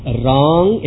wrong